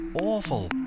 awful